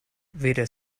weder